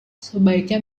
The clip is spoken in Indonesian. sebaiknya